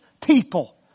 people